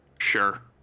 Sure